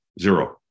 zero